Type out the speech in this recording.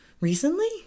Recently